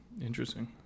Interesting